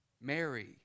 Mary